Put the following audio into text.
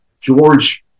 George